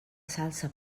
salsa